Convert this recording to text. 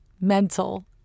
Mental